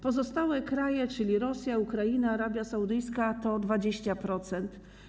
Pozostałe kraje, czyli Rosja, Ukraina, Arabia Saudyjska to 20%.